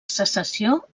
secessió